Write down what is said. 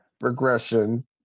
regression